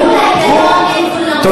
גבול, תכף אתם תעלו.